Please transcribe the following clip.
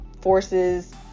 forces